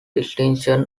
distinction